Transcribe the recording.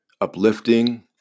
uplifting